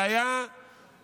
זה היה מחזה,